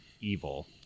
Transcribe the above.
evil